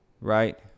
right